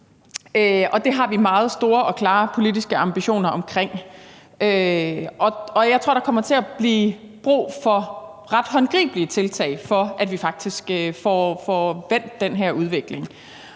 det har vi meget store og klare politiske ambitioner om. Jeg tror, der kommer til at blive brug for ret håndgribelige tiltag for, at vi faktisk får vendt den her udvikling,